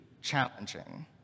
challenging